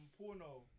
porno